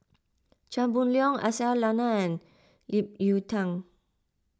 Chia Boon Leong Aisyah Lyana and Ip Yiu Tung